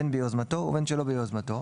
בין ביוזמתו ובין שלא ביוזמתו,